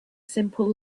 simple